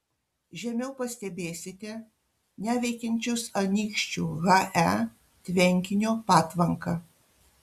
žemiau pastebėsite neveikiančios anykščių he tvenkinio patvanką